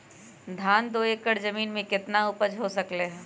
धान दो एकर जमीन में कितना उपज हो सकलेय ह?